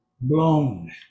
blown